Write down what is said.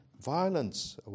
Violence